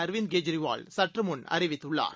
அரவிந்த் கெஜ்ரிவால் சற்றுமுன் அறிவித்துள்ளார்